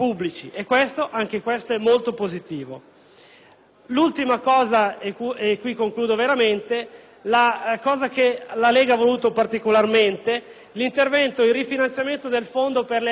- che la Lega ha voluto particolarmente è l'intervento e il rifinanziamento del Fondo per le aree al confine con le Regioni a Statuto speciale. Un'operazione - siamo noi della Lega i primi